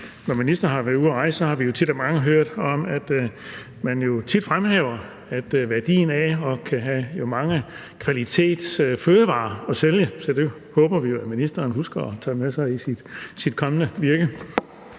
Når ministeren har været ude at rejse, har vi fra mange hørt om, at man jo tit fremhæver værdien af at kunne have mange kvalitetsfødevarer at sælge. Så det håber vi jo at ministeren husker at tage med sig i sit kommende virke.